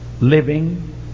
living